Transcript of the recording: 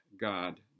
God